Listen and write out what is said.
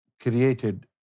created